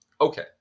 Okay